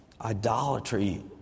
idolatry